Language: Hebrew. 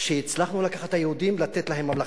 שהצלחנו לקחת את היהודים, לתת להם ממלכתיות,